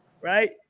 Right